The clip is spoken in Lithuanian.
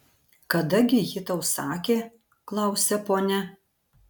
kada gi ji tau sakė klausia ponia